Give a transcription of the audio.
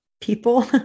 people